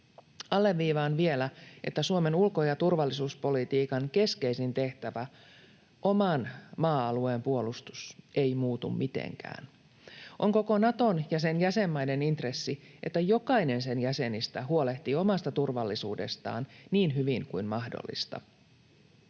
Alleviivaan vielä, että Suomen ulko- ja turvallisuuspolitiikan keskeisin tehtävä, oman maa-alueen puolustus, ei muutu mitenkään. On koko Naton ja sen jäsenmaiden intressi, että jokainen sen jäsenistä huolehtii omasta turvallisuudestaan niin hyvin kuin mahdollista.